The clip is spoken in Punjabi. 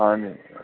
ਹਾਂਜੀ